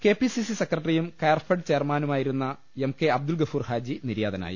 K P C C സെക്രട്ടറിയും കയർഫെഡ് ചെയർമാ നുമായിരുന്ന എം കെ അബ്ദുൾ ഗഫൂർ ഹാജി നിര്യാതനായി